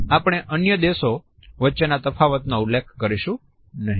આપણે અન્ય દેશો વચ્ચેના તફાવતનો ઉલ્લેખ કરીશું નહીં